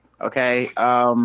Okay